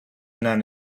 none